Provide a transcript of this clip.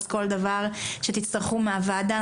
אז כל דבר שתצטרכו מהוועדה,